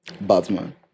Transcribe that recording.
Batman